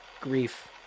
grief